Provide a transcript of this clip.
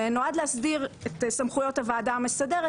ונועד להסדיר את סמכויות הוועדה המסדרת,